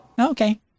Okay